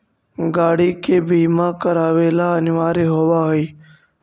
गाड़ि के बीमा करावे ला अनिवार्य होवऽ हई